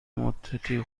مدتی